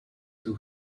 too